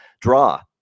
draw